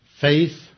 faith